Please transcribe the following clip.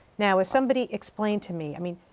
now if somebody explained to me, i mean,